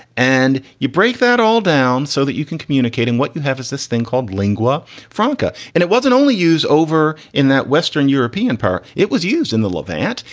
and you break that all down so that you can communicate and what you have is this thing called lingua franca. and it wasn't only use over in that western european power. it was used in the levant.